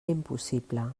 impossible